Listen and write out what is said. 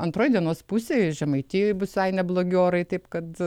antroj dienos pusėj žemaitijoj bus visai neblogi orai taip kad